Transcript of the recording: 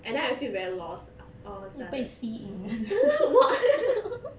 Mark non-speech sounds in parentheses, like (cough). and then I feel very lost all of a sudden (laughs) what